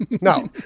No